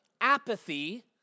apathy